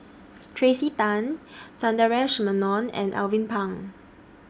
Tracey Tan Sundaresh Menon and Alvin Pang